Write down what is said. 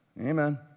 Amen